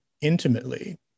intimately